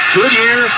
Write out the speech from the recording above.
Goodyear